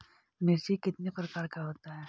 मिर्ची कितने प्रकार का होता है?